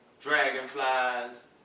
dragonflies